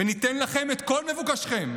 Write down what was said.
וניתן לכם את כל מבוקשכם.